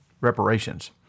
reparations